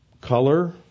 Color